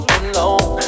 alone